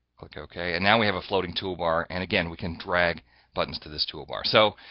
click ok, and now we have a floating toolbar, and, again, we can drag buttons to this toolbar. so,